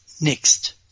next